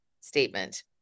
statement